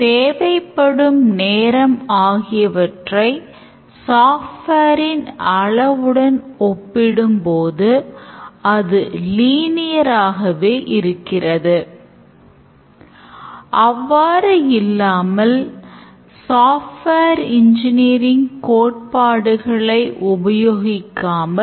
இந்த விரிவுரையில் ஒரு use caseஐ எவ்வாறு ஆவணப்படுத்துவது என்று பார்ப்போம் ஏனென்றால் graphical model முழுமையான படத்தை தெரிவிக்காது